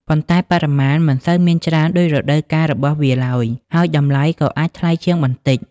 ប៉ុន្តែបរិមាណមិនសូវមានច្រើនដូចរដូវកាលរបស់វាឡើយ ហើយតម្លៃក៏អាចថ្លៃជាងបន្តិច។